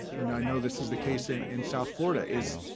and i know this is the case in in south florida, is